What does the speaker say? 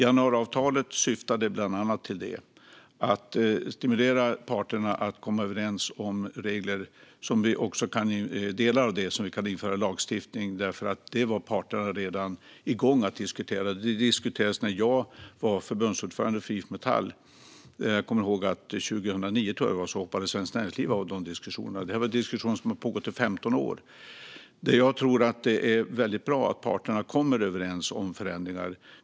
Januariavtalet syftade bland annat till att stimulera parterna till att komma överens om regler som vi delvis kan införa i lagstiftning. Det handlar om sådant som parterna redan var igång att diskutera. Det diskuterades när jag var förbundsordförande för IF Metall. Jag tror att det var 2009 som Svenskt Näringsliv hoppade av diskussionerna. Det är diskussioner som har pågått i 15 år. Jag tror att det är väldigt bra att parterna kommer överens om förändringar.